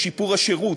לשיפור השירות,